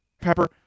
pepper